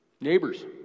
Neighbors